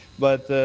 but,